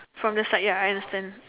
from the side ya I understand